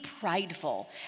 prideful